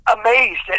amazed